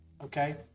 okay